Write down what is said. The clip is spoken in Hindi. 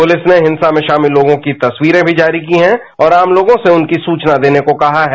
पुलिस ने हिंसा में शामिल लोगों की तस्वीरें भी जारी की हैं और आम लोगों से उनकी सूचना देने को कहा है